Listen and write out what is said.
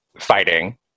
fighting